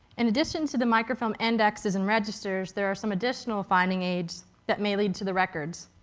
in addition to the microfilm indexes and registers, there are some additional finding aids that may lead to the records.